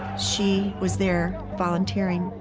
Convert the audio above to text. she was there volunteering,